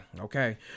okay